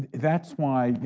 that's why, you